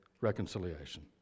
reconciliation